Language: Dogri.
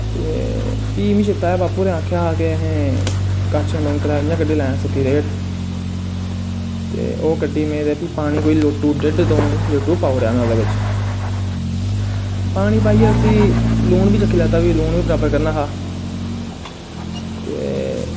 ते फ्ही मिगी चेत्ता आया बापू होरैं आक्खेआ हा के कड़शियां दो त्रै इयां कड्डी लैयां रेह्ड़ ओह् कड्डी में ते फ्ही पानी लोट्टू डेड दऊं पाई ओड़े उस च पानी पाईयै उसी लून बी चक्खी लैत्ता लून बी बराबर करना हा ते